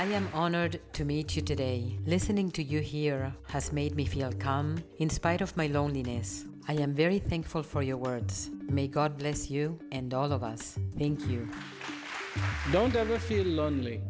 i am honored to meet you today listening to your hero has made me feel calm in spite of my loneliness i am very thankful for your words may god bless you and all of us thank you don't ever feel lonely